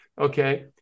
okay